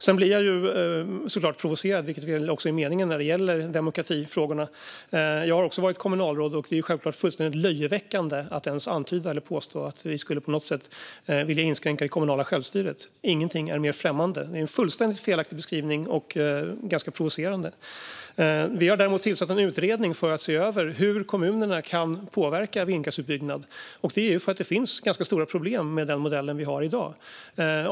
Jag blir såklart provocerad - vilket väl är meningen - i demokratifrågorna. Jag har också varit kommunalråd, och det är självklart fullständigt löjeväckande att ens antyda eller påstå att vi på något sätt vill inskränka det kommunala självstyret. Inget är mer främmande, och det är en fullständigt felaktig och provocerande beskrivning. Regeringen har däremot tillsatt en utredning för att se över hur kommunerna kan påverka vindkraftsutbyggnad. Det är för att det finns stora problem med den modell som finns i dag.